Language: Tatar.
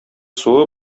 суы